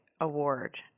award